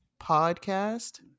Podcast